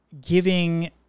giving